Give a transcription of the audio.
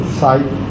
side